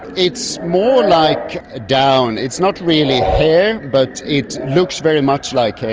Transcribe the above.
it's more like down, it's not really hair, but it looks very much like hair,